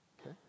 Okay